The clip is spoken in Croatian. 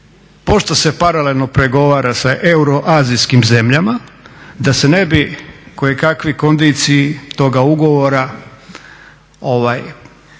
pošto se paralelno pregovara sa euroazijskim zemljama, da se ne bi kojekakvi kondiciji toga ugovora otkrili,